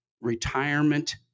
retirement